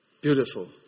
Beautiful